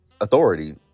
authority